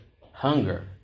hunger